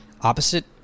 opposite